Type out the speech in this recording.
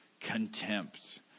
contempt